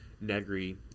Negri